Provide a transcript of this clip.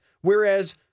whereas